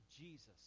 Jesus